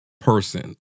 person